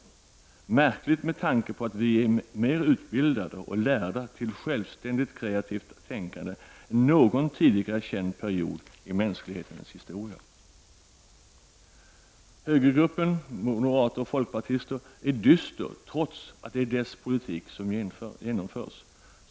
Detta är märkligt med tanke på att vi nu är mer utbildade och lärda till självständigt kreativt tänkande än vad man har varit under någon tidigare känd period i mänsklighetens historia. Högergruppen — moderater och folkpartister — är dyster, trots att det är dess politik som genomförs.